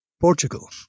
Portugal